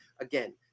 again